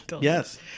Yes